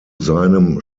seinem